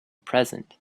present